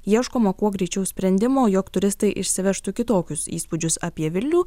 ieškoma kuo greičiau sprendimo jog turistai išsivežtų kitokius įspūdžius apie vilnių